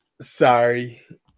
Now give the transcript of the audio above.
sorry